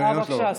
בבקשה.